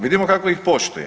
Vidim kako ih poštuje.